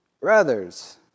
Brothers